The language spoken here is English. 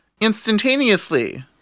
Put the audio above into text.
instantaneously